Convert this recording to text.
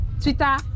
Twitter